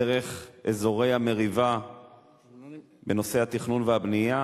דרך אזורי המריבה בנושא התכנון והבנייה,